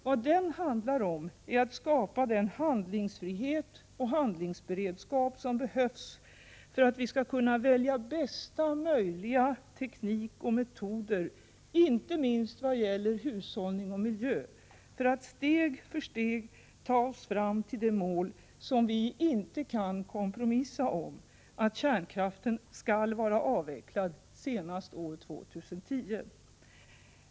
Vad den handlar om är att skapa den handlingsfrihet och handlingsberedskap som behövs för att vi skall kunna välja bästa möjliga teknik och metoder — inte minst i fråga om hushållning och miljö — för att steg för steg ta oss fram till det mål vi inte kan kompromissa om: att kärnkraften skall vara avvecklad senast år 2010.